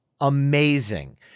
amazing